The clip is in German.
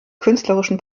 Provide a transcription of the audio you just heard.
künstlerischen